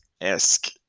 esque